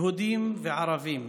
יהודים וערבים,